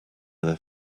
other